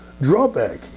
drawback